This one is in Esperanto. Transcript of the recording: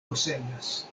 posedas